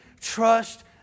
trust